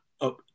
up